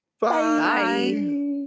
bye